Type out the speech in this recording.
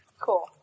Cool